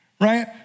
right